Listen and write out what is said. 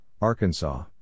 Arkansas